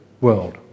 world